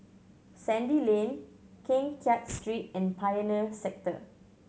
Sandy Lane Keng Kiat Street and Pioneer Sector